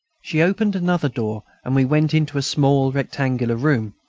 she opened another door, and we went into a small rectangular room.